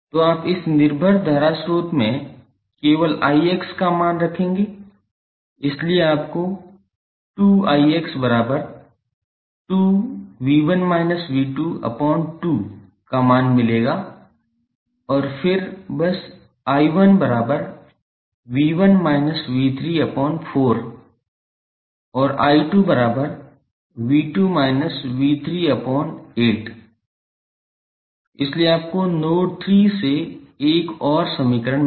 तो आप इस निर्भर धारा स्रोत में केवल 𝑖𝑥 का मान रखेंगे इसलिए आपको 2𝑖𝑥 2𝑉1−𝑉22 का मान मिलेगा और फिर बस 𝐼1 𝑉1−𝑉34 और 𝐼2 𝑉2−𝑉38 इसलिए आपको नोड 3 से एक और समीकरण मिला